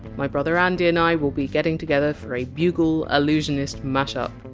my brother andy and i will be getting together for a bugle allusionist mash-up.